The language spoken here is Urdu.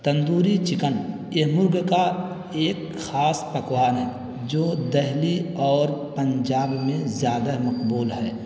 تندوری چکن یہ مرغ کا ایک خاص پکوان ہے جو دہلی اور پنجاب میں زیادہ مقبول ہے